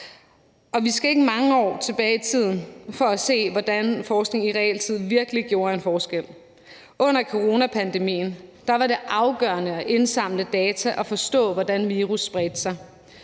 Vi skal ikke mange år tilbage i tiden for at se, hvordan forskning i realtid virkelig gjorde en forskel. Under coronapandemien var det afgørende at indsamle data og forstå, hvordan virus spredte sig.